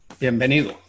bienvenido